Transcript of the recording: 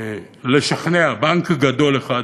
לשכנע בנק גדול אחד,